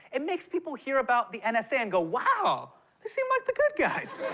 it makes people hear about the and nsa and go, wow. they seem like the good guys.